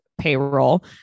payroll